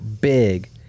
big